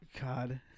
God